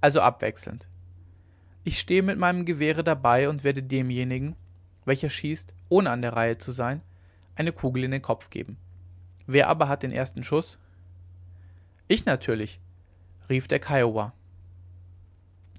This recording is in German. also abwechselnd ich stehe mit meinem gewehre dabei und werde demjenigen welcher schießt ohne an der reihe zu sein eine kugel in den kopf geben wer aber hat den ersten schuß ich natürlich rief der kiowa